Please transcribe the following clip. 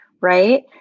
right